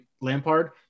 Lampard